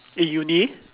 in uni